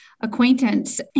acquaintance